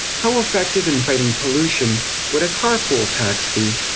how effective in fighting pollution would a carpool tax be?